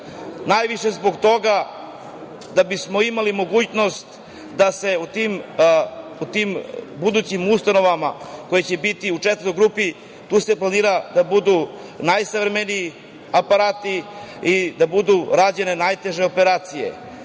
Najviše zbog toga da bismo imali mogućnost da se u tim budućim ustanovama, koje će biti u četvrtoj grupi, tu se planira da budu najsavremeniji aparati i da budu rađene najteže operacije. Normalno,